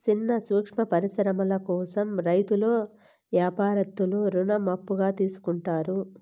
సిన్న సూక్ష్మ పరిశ్రమల కోసం రైతులు యాపారత్తులు రుణం అప్పుగా తీసుకుంటారు